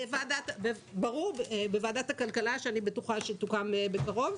בוועדת הכלכלה, שאני בטוחה שתוקם בקרוב.